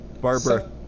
Barbara